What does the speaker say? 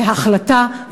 כהחלטה,